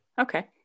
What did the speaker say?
Okay